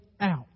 out